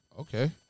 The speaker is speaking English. Okay